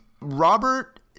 robert